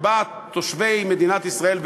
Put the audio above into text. שבהן תושבי מדינת ישראל ואזרחיה,